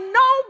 no